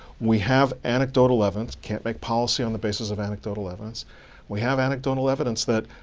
we have anecdotal evidence can't make policy on the basis of anecdotal evidence we have anecdotal evidence that